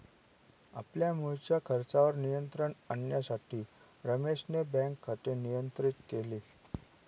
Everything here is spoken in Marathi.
आपल्या मुळच्या खर्चावर नियंत्रण आणण्यासाठी रमेशने बँक खाते नियंत्रित केले